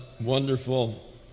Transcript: wonderful